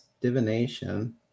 divination